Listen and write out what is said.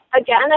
again